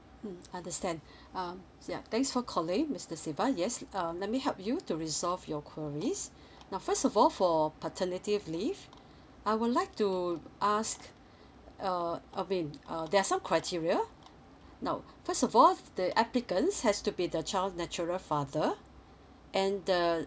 mm understand um ya thanks for calling mister siva yes um let me help you to resolve your queries now first of all for paternity leave I would like to ask uh I mean uh there are some criteria now first of all the applicants has to be the child natural father and the